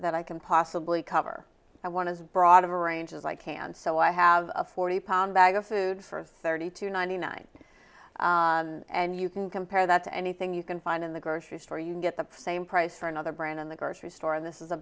that i can possibly cover i want to broad a range as i can so i have a forty pound bag of food for thirty to ninety nine and you can compare that to anything you can find in the grocery store you get the same price for another brand in the grocery store and this is a